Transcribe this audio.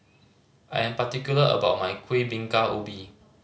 I am particular about my Kuih Bingka Ubi